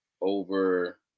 over